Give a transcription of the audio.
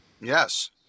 Yes